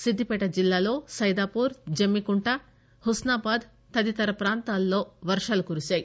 సిద్దిపేట జిల్లాలో సైదాపూర్ జమ్మికుంట హుస్సాబాద్ తదితర ప్రాంతాల్లో వర్షాలు కురిశాయి